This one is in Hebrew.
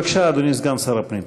בבקשה, אדוני סגן שר הפנים.